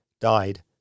died